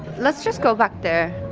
let's just go back there.